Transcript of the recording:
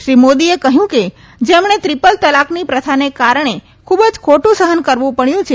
શ્રી મોદીએ કહ્યું કે જેમણે ટ્રિપલ તલાકની પ્રથાને કારણે ખૂબ જ ખોટું સહન કરવું પડ્યું છે